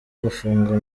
gufunga